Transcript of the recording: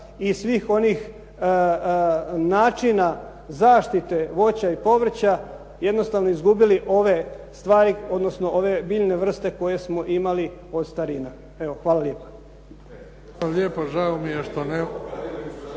i svih onih načina zaštite voća i povrća jednostavno izgubili ove stvari, odnosno ove biljne vrste koje smo imali od starina. Evo, hvala lijepa.